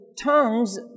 tongues